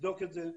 נבדוק את זה.